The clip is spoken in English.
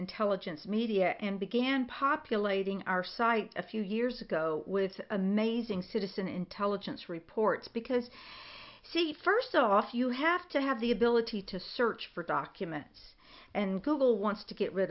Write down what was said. intelligence media and began populating our site a few years ago with amazing citizen intelligence reports because see first off you have to have the ability to search for documents and google wants to get rid